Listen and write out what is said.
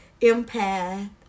empath